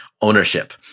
ownership